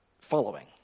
following